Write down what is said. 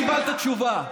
והינה, קיבלת תשובה,